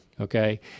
okay